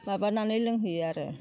माबानानै लोंहोयो आरो